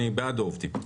אני בעד העובדים.